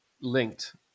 linked